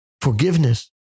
forgiveness